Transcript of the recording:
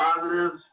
positives